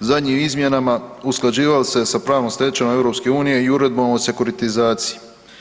zadnjim izmjenama usklađivali se sa pravnom stečevinom EU i uredbom o sekuritizaciju.